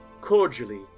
Cordially